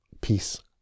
peace